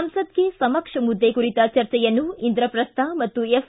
ಸಂಸದ್ ಕೆ ಸಮಕ್ಷ ಮುದ್ದೆ ಕುರಿತ ಚರ್ಚೆಯನ್ನು ಇಂದ್ರಪ್ರಸ್ಥ ಮತ್ತು ಎಫ್